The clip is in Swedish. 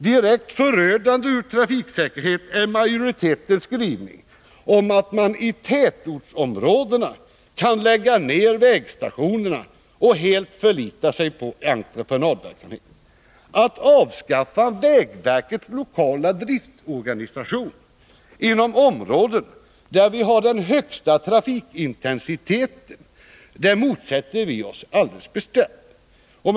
Direkt förödande för trafiksäkerheten är majoritetens skrivning om att man i tätortsområdena kan lägga ner vägstationerna och helt förlita sig på entreprenadverksamhet. Att avskaffa vägverkets lokala driftorganisation inom områden där vi har den högsta trafikintensiteten motsätter vi oss alldeles bestämt.